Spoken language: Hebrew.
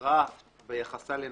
השתפרה ביחסה לנשים?